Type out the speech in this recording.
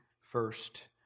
first